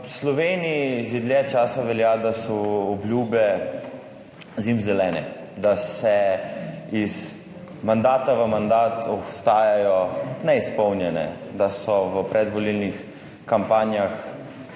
Sloveniji že dlje časa velja, da so obljube zimzelene, da iz mandata v mandat ostajajo neizpolnjene, da so stvari, ki